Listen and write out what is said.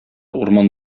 урман